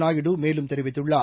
நாயுடு மேலும் தெரிவித்துள்ளார்